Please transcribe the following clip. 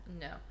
No